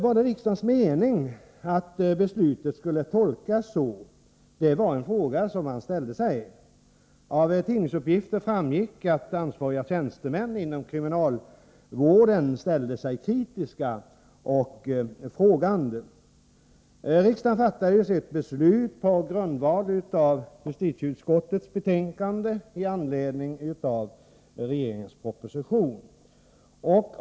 Var det meningen att riksdagens beslut skulle tolkas på det sättet? Det var en fråga som man ställde. Av tidningsuppgifter framgick att ansvariga tjänstemän inom kriminalvården ställde sig kritiska och frågande. Riksdagen fattade beslut på grundval av justitieutskottets betänkande i anledning av regeringens proposition.